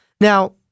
Now